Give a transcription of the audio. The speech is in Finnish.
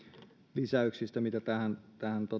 lisäyksistä mitä tähän tähän